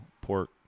pork